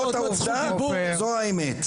זאת העובדה, זו האמת.